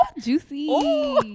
juicy